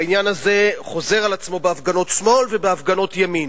והעניין הזה חוזר על עצמו בהפגנות שמאל ובהפגנות ימין.